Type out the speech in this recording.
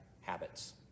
habits